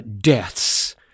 deaths